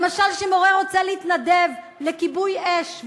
למשל כשמורה רוצה להתנדב לכיבוי אש,